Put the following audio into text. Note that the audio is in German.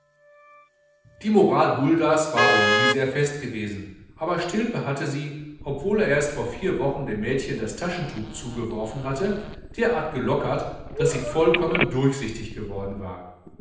die moral huldas war wohl nie sehr fest gewesen aber stilpe hatte sie obwohl er erst vor vier wochen dem mädchen das taschentuch zugeworfen hatte derart gelockert daß sie vollkommen durchsichtig geworden war